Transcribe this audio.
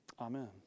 amen